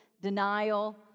denial